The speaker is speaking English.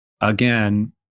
again